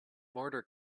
mortar